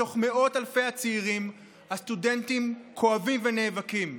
בתוך מאות אלפי הצעירים הסטודנטים כואבים ונאבקים.